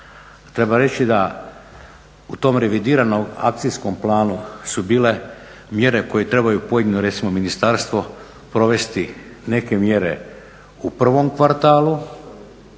Treba reći da u tom revidiranom akcijskom planu su bile mjere koje trebaju pojedino recimo ministarstvo provesti, neke mjere u prvom kvartalu